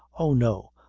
oh, no,